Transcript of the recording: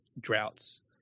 droughts